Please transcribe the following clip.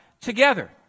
together